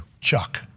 Chuck